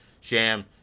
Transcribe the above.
Sham